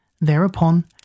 Thereupon